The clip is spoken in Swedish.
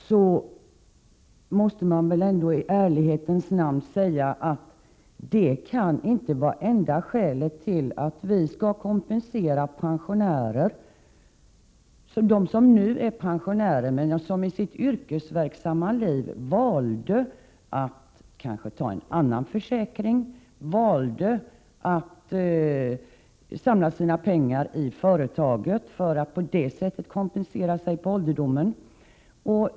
Man måste väl ändå i ärlighetens namn säga att det inte kan vara det enda skälet till att vi skall kompensera pensionärer som under sitt yrkesverksamma liv valde att ta en annan försäkring eller att samla sina pengar i företaget, för att på det sättet kompensera sig på ålderdomen.